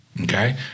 okay